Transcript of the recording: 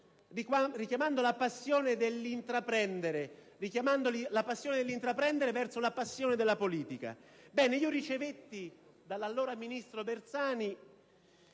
richiamando la passione dell'intraprendere verso la passione della politica; ricevetti, però, dall'allora ministro Bersani